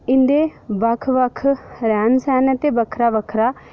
इं'दे बक्ख बक्ख रैह्न सैह्न न ते बक्खरा बक्खरा